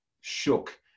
shook